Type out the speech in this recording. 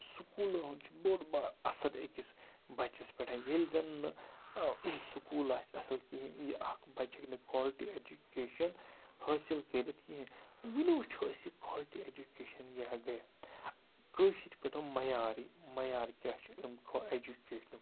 سکوٗلَن ہُنٛد چھُ بوٚڑ بار اَثر أکِس بَچَس پٮ۪ٹھ ییٚلہِ زَن نہٕ سکوٗل آسہِ اَصٕل کِہیٖنۍ یہِ اَکھ بَچہِ ہیٚکہِ نہٕ کالٹی اٮ۪جُکیشَن حٲصِل کٔرِتھ کِہیٖنۍ وٕنہِ وٕچھو أسۍ یہِ کالٹی اٮ۪جوکیشَن کیٛاہ گٔے کٲشِر پٲٹھۍ مَیارٕ مَیار کیٛاہ چھِ أمۍ کھۄ اٮ۪جُکیشنُک